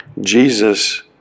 Jesus